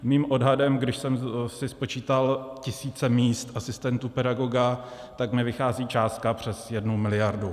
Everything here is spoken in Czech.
Mým odhadem, když jsem si spočítal tisíce míst asistentů pedagoga, tak mi vychází částka přes jednu miliardu.